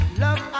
love